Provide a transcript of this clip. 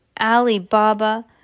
Alibaba